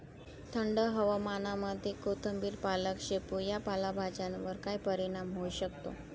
थंड हवामानामध्ये कोथिंबिर, पालक, शेपू या पालेभाज्यांवर काय परिणाम होऊ शकतो?